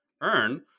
earn